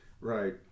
Right